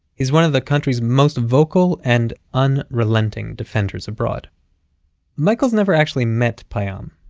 he's one of the country's most vocal and unrelenting defenders abroad michael's never actually met payam.